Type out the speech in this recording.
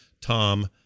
Tom